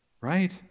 Right